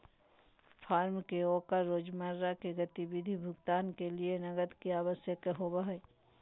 firm के ओकर रोजमर्रा के गतिविधि भुगतान के लिये नकद के आवश्यकता होबो हइ